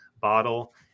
bottle